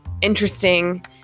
interesting